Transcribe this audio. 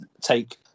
take